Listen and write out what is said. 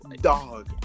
Dog